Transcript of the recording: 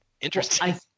interesting